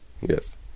yes